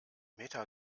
meta